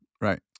Right